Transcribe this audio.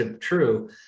true